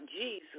Jesus